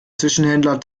zwischenhändler